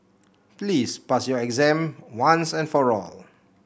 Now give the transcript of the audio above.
please pass your exam once and for all